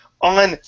on